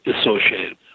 associated